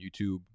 YouTube